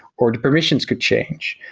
or the permissions could change,